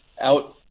out